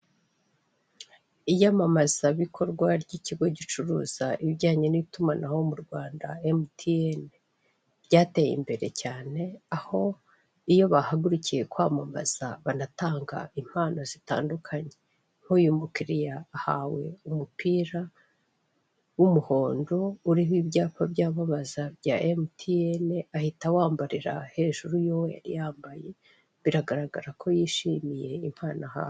Iyamamazabikorwa ry'ikigo gicuruza ibijyanye n'itumanaho mu Rwanda, emutiyene. Ryateye imbere cyane, aho iyo bahagurukiye kwamamaza banatanga impano zitandukanye. nk'uyu mukiriya ahawe umupira w'umuhondo, uriho ibyapa byamamaza bya emutiyene, ahita wambarira hejuru y'uwo yari yambaye, biragaragara ko yishimiye impano ahawe.